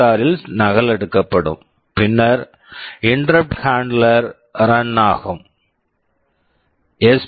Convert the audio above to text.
R SPSR ல் நகலெடுக்கப்படும் பின்னர் interrupt handler interrupt handler run run ஆகும் எஸ்